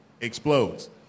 explodes